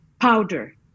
powder